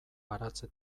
baratze